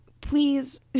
please